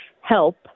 help